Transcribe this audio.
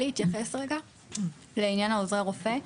אני מבקשת להתייחס לעניין עוזרי רופא.